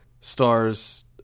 stars